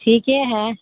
ٹھیک ہی ہے